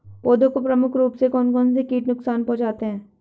पौधों को प्रमुख रूप से कौन कौन से कीट नुकसान पहुंचाते हैं?